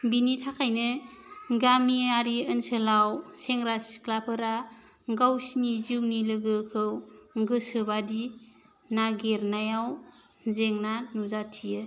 बेनि थाखायनो गामियारि ओनसोलाव सेंग्रा सिख्लाफोरा गावसोरनि जिउनि लोगोखौ गोसो बायदि नागिरनायाव जेंना नुजाथियो